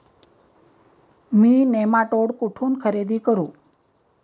मी nematode कुठून खरेदी करू?